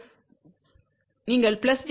நீங்கள் j 0